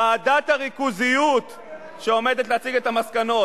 ועדת הריכוזיות שעומדת להציג את המסקנות,